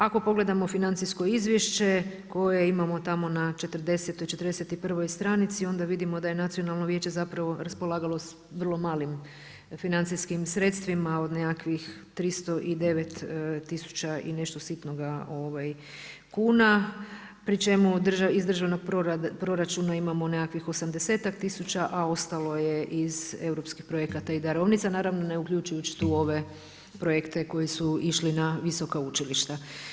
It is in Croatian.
Ako pogledamo financijsko izvješće koje imamo tamo na 40, 41 stranici, onda vidimo da je Nacionalno vijeće zapravo raspolagalo s vrlo malim financijskim sredstvima, od nekakvih 309000 i nešto sitnoga kuna, pri čemu iz državnog proračuna imamo nekakvih 80-tak tisuća, a ostalo je iz europskih projekata i darovnica, naravno, ne uključujući tu ove projekte koji su išli na visoka učilišta.